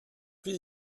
plus